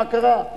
מה קרה?